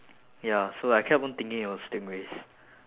ya so I kept on thinking it was stingrays